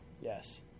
Yes